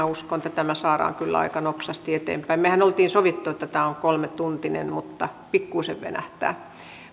uskon että tämä saadaan kyllä aika nopsasti eteenpäin mehän olimme sopineet että tämä on kolmetuntinen eli pikkuisen venähtää